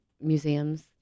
museums